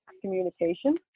Communication